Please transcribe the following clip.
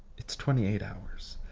it's twenty eight hours.